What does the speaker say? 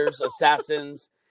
assassins